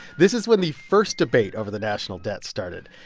this is when the first debate over the national debt started.